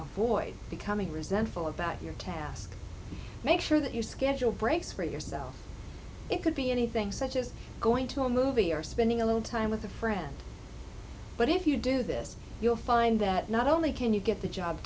avoid becoming resentful about your task make sure that you schedule breaks for yourself it could be anything such as going to a movie or spending a little time with a friend but if you do this you'll find that not only can you get the job